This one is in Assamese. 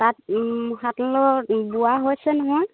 তাঁত শালত বোৱা হৈছে নহয়